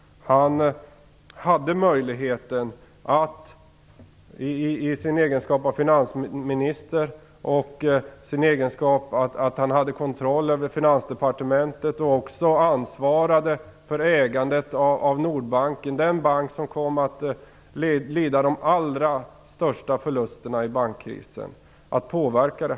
Han hade möjligheten att påverka, i sin egenskap av finansminister och genom att han hade kontroll över Nordbanken - den bank som kom att lida de allra största förlusterna i bankkrisen.